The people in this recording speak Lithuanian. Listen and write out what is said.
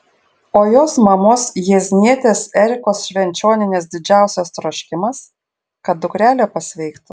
o jos mamos jieznietės erikos švenčionienės didžiausias troškimas kad dukrelė pasveiktų